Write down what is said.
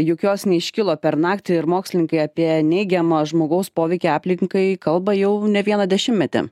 juk jos neiškilo per naktį ir mokslininkai apie neigiamą žmogaus poveikį aplinkai kalba jau ne vieną dešimtmetį